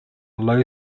low